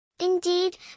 Indeed